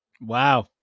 Wow